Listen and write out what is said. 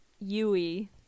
Yui